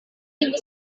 ibu